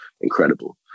incredible